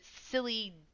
silly